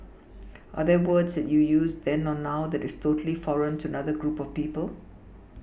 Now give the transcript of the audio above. are there words that you use then or now that is totally foreign to another group of people